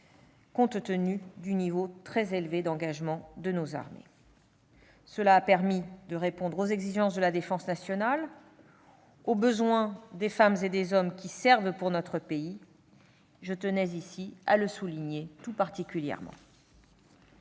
compte tenu du niveau très élevé d'engagement de nos armées. Cela a permis de répondre aux exigences de la défense nationale et aux besoins des femmes et des hommes qui servent pour notre pays. Je tenais à le souligner tout particulièrement.